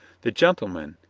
the gentlemen,